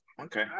Okay